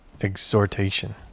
exhortation